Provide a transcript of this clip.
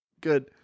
good